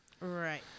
Right